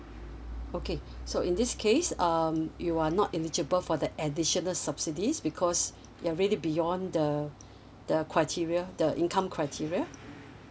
okay so in this case um you are not eligible for the additional subsidies because you've already beyond the the criteria the income criteria